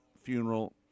funeral